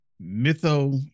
mytho